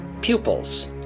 pupils